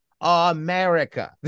America